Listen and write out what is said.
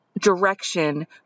direction